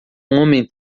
homem